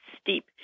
steep